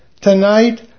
Tonight